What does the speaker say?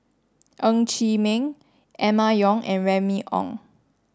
Ng Chee Meng Emma Yong and Remy Ong